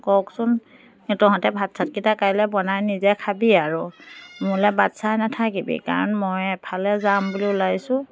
কওকচোন এই তহঁতে ভাত চাতকেইটা কাইলৈ বনাই নিজে খাবি আৰু মোলৈ বাট চাই নাথাকিবি কাৰণ মই এফালে যাম বুলি ওলাইছোঁ